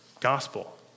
gospel